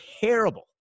terrible